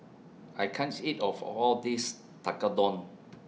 I can't eat of All This Tekkadon